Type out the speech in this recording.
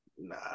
nah